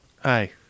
Hi